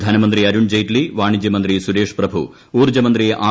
ധനമന്ത്രി അരുൺജെയ്റ്റ്ലി വാണിജ്യമന്ത്രി സുരേഷ് പ്രഭു ഊർജ്ജമന്ത്രി ആർ